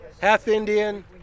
half-Indian